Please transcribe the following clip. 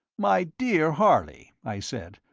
my dear harley, i said,